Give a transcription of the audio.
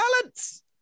balance